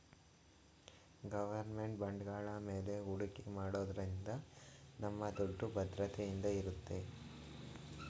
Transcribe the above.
government ಬಾಂಡ್ಗಳ ಮೇಲೆ ಹೂಡಿಕೆ ಮಾಡೋದ್ರಿಂದ ನಮ್ಮ ದುಡ್ಡು ಭದ್ರತೆಯಿಂದ ಇರುತ್ತೆ